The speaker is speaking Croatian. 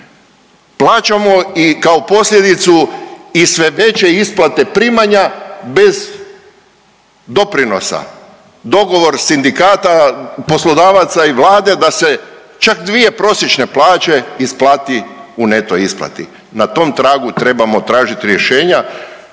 Plaćamo i kao posljedicu i sve veće isplate primanja bez doprinosa. Dogovor sindikata, poslodavaca i Vlade da se čak 2 prosječne plaće isplati u neto isplati. Na tom tragu trebamo tražiti rješenja